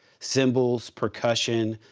cymbals, percussion,